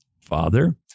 Father